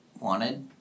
Wanted